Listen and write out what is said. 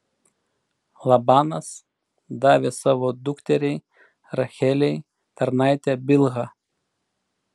labanas davė savo dukteriai rachelei tarnaitę bilhą